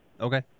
Okay